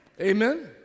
Amen